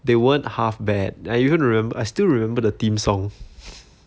they weren't half bad I even remem~ I still remember the theme song